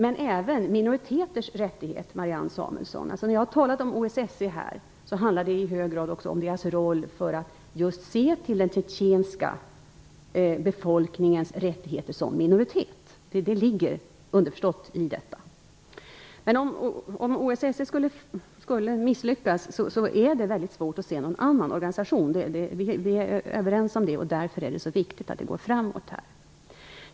Den behandlar även minoriteters rätt, Marianne Samuelsson. När jag har talat om OSSE här har det i hög grad handlat om dess roll för att se till den tjetjenska befolkningens rättigheter som minoritet. Det ligger underförstått. Om OSSE skulle misslyckas är det svårt att finna någon annan organisation. Vi är överens om det. Därför är det så viktigt att det går framåt.